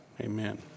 Amen